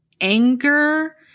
anger